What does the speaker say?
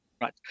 Right